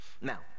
Now